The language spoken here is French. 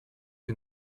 que